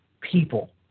people